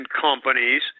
companies